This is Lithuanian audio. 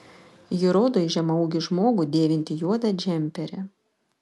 ji rodo į žemaūgį žmogų dėvintį juodą džemperį